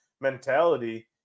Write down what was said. mentality